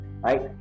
right